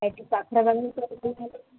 ଏଠି ପାଖ ସେଥିପାଇଁ ଛାଡ଼ି ଦେବି